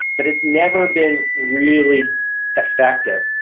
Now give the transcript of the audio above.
but it's never been really effective.